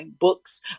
Books